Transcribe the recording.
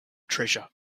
treasure